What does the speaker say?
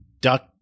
duck